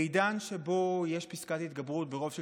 בעידן שבו יש פסקת התגברות ברוב של